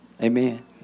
Amen